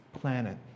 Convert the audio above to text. planet